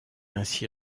ainsi